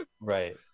Right